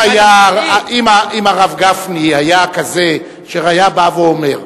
אם הרב גפני היה כזה אשר היה בא ואומר: